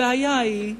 הבעיה היא,